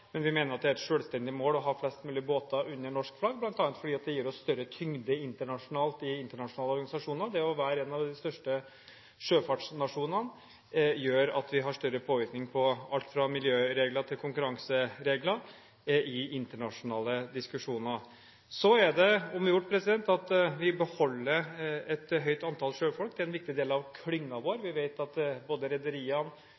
Men vi mener at det er et selvstendig mål å ha flest mulig båter under norsk flagg, bl.a. fordi det gir oss større tyngde internasjonalt, i internasjonale organisasjoner. Det å være en av de største sjøfartsnasjonene gjør at vi har større påvirkning på alt fra miljøregler til konkurranseregler i internasjonale diskusjoner. Så er det om å gjøre at vi beholder et høyt antall sjøfolk, det er en viktig del av